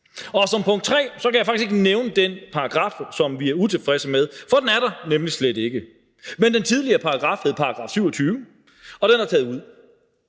Som en tredje ting kan jeg faktisk ikke nævnte den paragraf, som vi er utilfredse med, for den er der nemlig slet ikke. Men den tidligere paragraf hed § 27, og den er taget ud.